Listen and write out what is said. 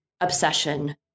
obsession